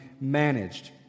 managed